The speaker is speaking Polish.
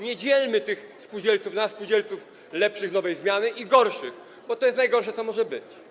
Nie dzielmy tych spółdzielców na spółdzielców lepszych, nowej zmiany i gorszych, bo to jest najgorsze, co może być.